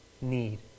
need